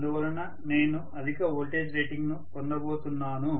అందువల్ల నేను అధిక వోల్టేజ్ రేటింగ్ను పొందబోతున్నాను